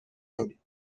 کنید